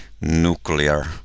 nuclear